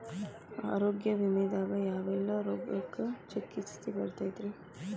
ಆರೋಗ್ಯ ವಿಮೆದಾಗ ಯಾವೆಲ್ಲ ರೋಗಕ್ಕ ಚಿಕಿತ್ಸಿ ಬರ್ತೈತ್ರಿ?